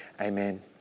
Amen